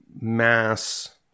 mass